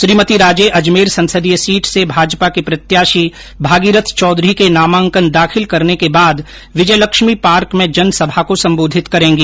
श्रीमती राजे अजमेर संसदीय सीट से भाजपा के प्रत्याशी भागीरथ चौधरी के नामांकन दाखिल करने के बाद विजयलक्ष्मी पार्क में जनसभा को संबोधित करेगी